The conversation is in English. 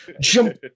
jump